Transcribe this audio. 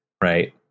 Right